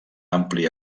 ampli